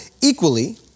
equally